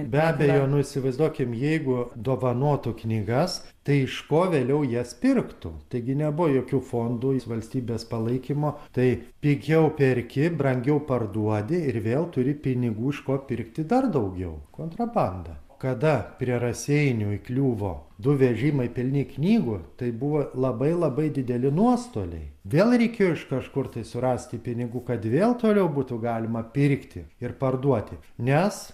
be abejo nu įsivaizduokim jeigu dovanotų knygas tai iš ko vėliau jas pirktų taigi nebuvo jokių fondų valstybės palaikymo tai pigiau perki brangiau parduodi ir vėl turi pinigų iš ko pirkti dar daugiau kontrabanda kada prie raseinių įkliuvo du vežimai pilni knygų tai buvo labai labai dideli nuostoliai vėl reikėjo iš kažkur tai surasti pinigų kad vėl toliau būtų galima pirkti ir parduoti nes